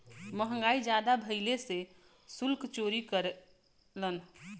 महंगाई जादा भइले से सुल्क चोरी करेलन